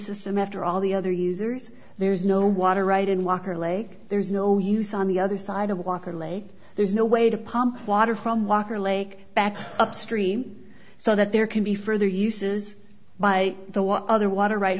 system after all the other users there's no water right in walker lake there's no use on the other side of walker lake there's no way to pump water from walker lake back upstream so that there can be further uses by the what other water right